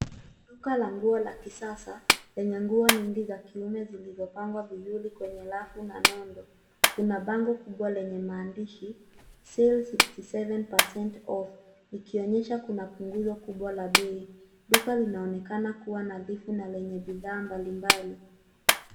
Duka la nguo la kisasa lenye nguo nyingi za kiume zilizopangwa vizuri kwenye rafu na nondo. Kuna bango kubwa lenye maandishi sales 57% off likionyesha kuna punguzo kubwa la bei. Duka linaonekana kuwa nadhifu na lenye bidhaa mbalimbali.